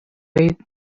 waved